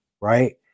right